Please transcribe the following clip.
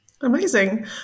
Amazing